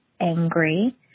angry